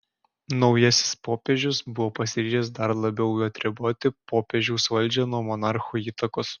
naujasis popiežius buvo pasiryžęs dar labiau atriboti popiežiaus valdžią nuo monarcho įtakos